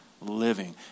Living